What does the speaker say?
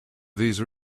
these